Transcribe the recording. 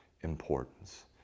importance